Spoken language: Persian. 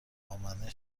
امنه